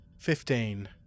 Fifteen